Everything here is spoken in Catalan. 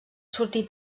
sortir